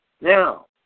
Now